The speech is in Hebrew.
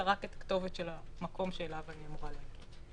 אלא רק הכתובת של המקום שאליו אני אמורה להגיע.